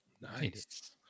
Nice